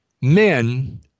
men